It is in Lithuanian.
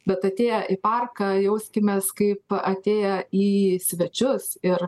bet atėję į parką jauskimės kaip atėję į svečius ir